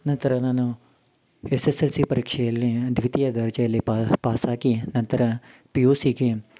ನಂತರ ನಾನು S S L C ಪರೀಕ್ಷೆಯಲ್ಲಿ ದ್ವಿತೀಯ ದರ್ಜೆಯಲ್ಲಿ ಪಾಸಾಗಿ ನಂತರ ಪಿ ಯು ಸಿಗೆ